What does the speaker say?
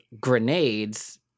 grenades